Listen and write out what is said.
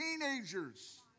teenagers